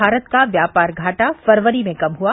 भारत का व्यापार घाटा फरवरी में कम हुआ